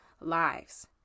lives